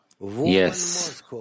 Yes